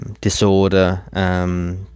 Disorder